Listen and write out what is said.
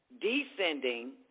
descending